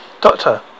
Doctor